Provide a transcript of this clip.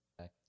Okay